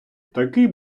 такий